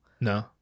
No